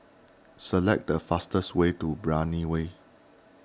select the fastest way to Brani Way